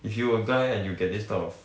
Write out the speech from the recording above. if you a guy and you get this type of